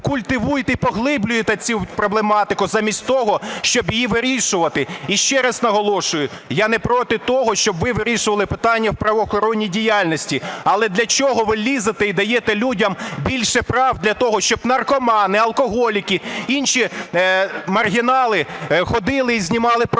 культивуєте і поглиблюєте цю проблематику замість того, щоб її вирішувати. Ще раз наголошую, я не проти того, щоб ви вирішували питання у правоохоронній діяльності. Але для чого ви лізете і даєте людям більше прав для того, щоб наркомани, алкоголіки, інші маргінали ходили і знімали проводи,